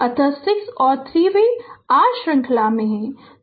अत 6 और 3 वे r श्रंखला में हैं